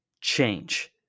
change